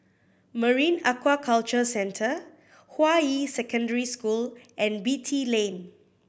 Marine Aquaculture Centre Hua Yi Secondary School and Beatty Lane